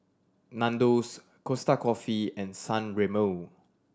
Nandos Costa Coffee and San Remo